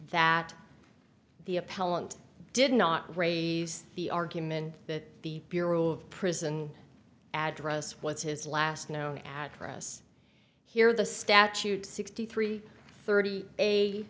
appellant did not raise the argument that the bureau of prison address was his last known address here the statute sixty three thirty